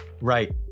Right